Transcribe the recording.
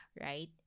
right